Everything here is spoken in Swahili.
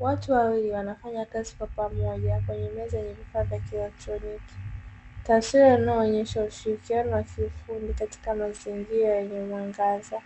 Watu wawili wanafanya kazi kwa pamoja kwenye meza yenye vifaa vya kielektroniki, taswira inayoonyesha ushirikiano wa kiufundi katika mazingira yenye mwangaza,